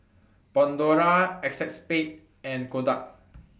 Pandora ACEXSPADE and Kodak